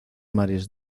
mares